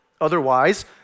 Otherwise